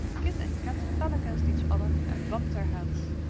kit and kat fell against each other and bumped their heads!